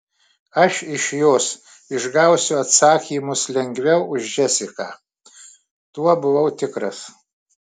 aš iš jos išgausiu atsakymus lengviau už džesiką tuo buvau tikras